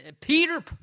Peter